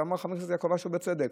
ואמר חבר הכנסת יעקב אשר, בצדק: